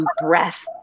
breath